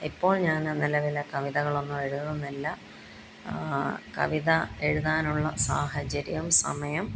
ഇപ്പോൾ ഞാൻ നിലവില് കവിതകളൊന്നും എഴുതുന്നില്ല കവിത എഴുതാനുള്ള സാഹചര്യം സമയം